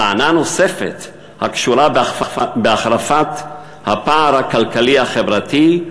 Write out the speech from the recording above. טענה נוספת קשורה בהחרפת הפער הכלכלי-החברתי,